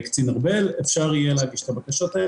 לפני הקורונה, לפני הפסקת התיאום.